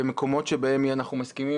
במקומות שבהם אנחנו מסכימים,